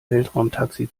weltraumtaxi